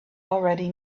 already